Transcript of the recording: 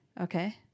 Okay